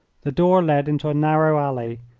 the door led into a narrow alley,